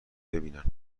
ببینن